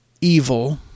evil